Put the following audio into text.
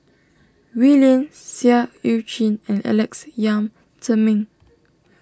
Wee Lin Seah Eu Chin and Alex Yam Ziming